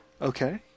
Okay